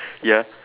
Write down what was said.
ya